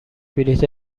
بلیط